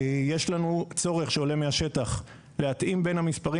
יש לנו צורך שעולה מהשטח להתאים בין המספרים